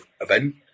event